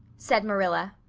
said marilla.